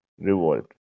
revolt